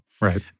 Right